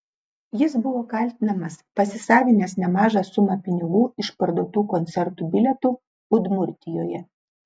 jis buvo kaltinamas pasisavinęs nemažą sumą pinigų iš parduotų koncertų bilietų udmurtijoje